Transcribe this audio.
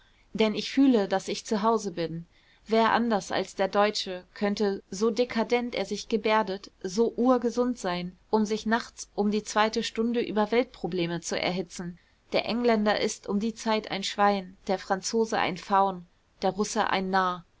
denn ich fühle daß ich zu hause bin wer anders als der deutsche könnte so dekadent er sich gebärdet so urgesund sein um sich nachts um die zweite stunde über weltprobleme zu erhitzen der engländer ist um die zeit ein schwein der franzose ein faun der russe ein narr